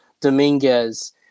Dominguez